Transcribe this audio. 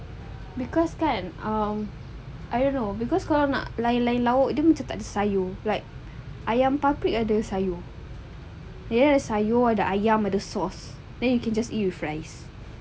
because kan um I don't know because kalau nak lain-lain lauk dia macam tak ada sayur like ayam paprik ada sayur yes ada sayur ada ayam ada sauce then you can just eat with rice